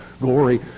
glory